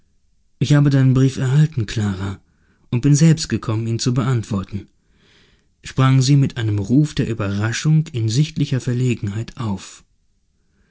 ich habe deinen brief erhalten clara und bin selbst gekommen ihn zu beantworten sprang sie mit einem ruf der ueberraschung in sichtlicher verlegenheit auf